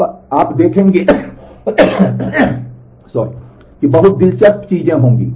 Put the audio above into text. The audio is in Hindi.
अब आप देखते हैं कि बहुत दिलचस्प चीजें होंगी